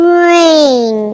rain